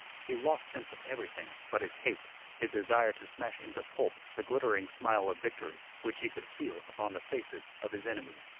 he lost sense of everything but his hate, his desire to smash into pulp the glittering smile of victory which he could feel upon the faces of his enemies.